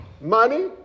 money